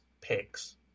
Picks